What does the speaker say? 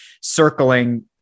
circling